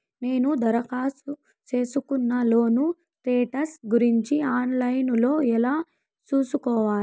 నేను దరఖాస్తు సేసుకున్న లోను స్టేటస్ గురించి ఆన్ లైను లో ఎలా సూసుకోవాలి?